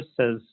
says